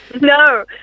no